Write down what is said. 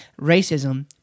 racism